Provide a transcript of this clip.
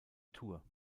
tour